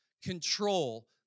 control